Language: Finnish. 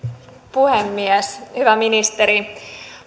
puhemies hyvä ministeri